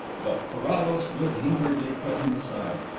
but carrados good-humouredly put him aside.